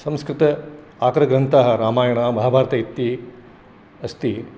संस्कृत आदरग्रन्थाः रामायणं माहाभारतम् इति अस्ति